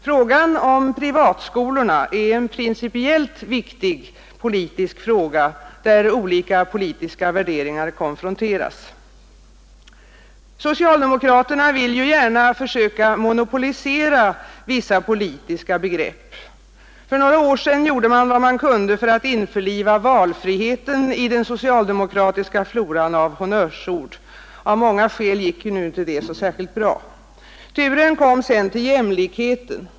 Frågan om privatskolorna är en principiellt viktig politisk fråga, där olika politiska värderingar konfronteras. Socialdemokraterna vill gärna försöka monopolisera vissa politiska begrepp. För några år sedan gjorde man vad man kunde för att införliva valfriheten i den socialdemokratiska floran av honnörsord. Av många skäl gick nu inte det särdeles bra. Turen kom sedan till jämlikheten.